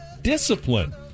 discipline